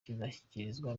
kizashyikirizwa